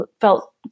felt